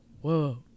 whoa